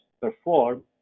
perform